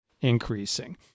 increasing